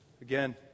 again